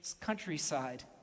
countryside